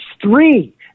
three